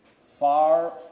Far